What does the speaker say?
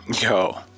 Yo